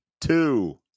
two